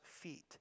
feet